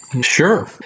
Sure